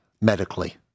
medically